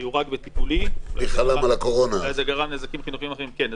היו רק בטיפולי, וזה גרם נזקים חינוכיים אחרים.